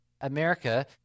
America